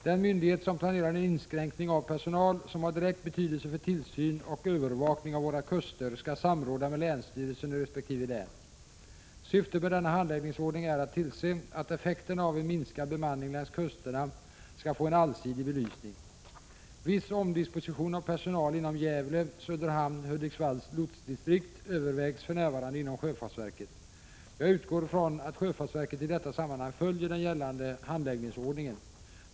Den myndighet som planerar en inskränkning av personal som har direkt betydelse för tillsyn och övervakning av våra kuster skall samråda med länsstyrelsen i resp. län. Syftet med denna handläggningsordning är att tillse att effekterna av en minskad bemanning längs kusterna skall få en allsidig belysning. Viss omdisposition av personal inom Gävle Hudiksvalls lotsdistrikt övervägs för närvarande inom sjöfartsverket. Jag utgår från att sjöfartsverket i detta sammanhang följer den gällande handläggningsordningen.